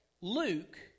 Luke